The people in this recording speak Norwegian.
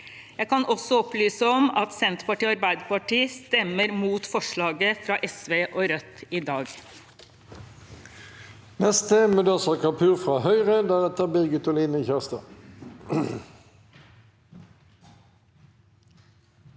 Jeg kan også opplyse om at Senterpartiet og Arbeiderpartiet stemmer imot forslagene fra SV og Rødt i dag.